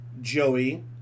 Joey